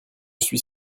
suis